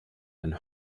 and